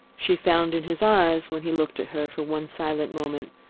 she found in his eyes, when he looked at her for one silent moment,